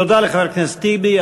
תודה לחבר הכנסת טיבי.